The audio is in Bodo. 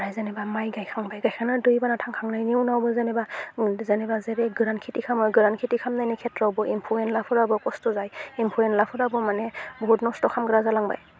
ओमफ्राय जेनेबा माइ गायखांबाय गायखांनानै दै बाना थांखांनायनि उनावबो जेनेबा जेनेबा जेरै गोरान खेथि खालामो गोरान खेथि खालामनायनि खेथ्र'वावबो एम्फौ एनलाफोराबो खस्थ' जायो एम्फौ एनलाफोराबो माने बुहुत नस्थ' खालामग्रा जालांबाय